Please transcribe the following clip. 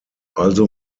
also